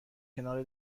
کنار